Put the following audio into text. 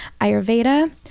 Ayurveda